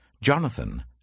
Jonathan